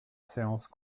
séance